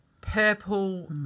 purple